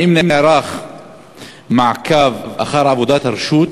2. האם נערך מעקב אחר עבודת הרשות